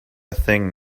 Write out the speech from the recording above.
thing